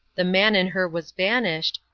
the man in her was vanished,